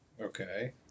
Okay